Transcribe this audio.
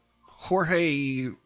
Jorge